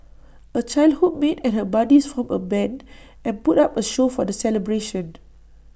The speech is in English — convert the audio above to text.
A childhood mate and her buddies formed A Band and put up A show for the celebration